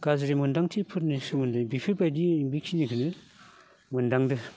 गाज्रि मोन्दांथिफोरनि सोमोन्दै बेफोरबायदि बेखिनिखोनो मोनदांदो